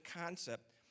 concept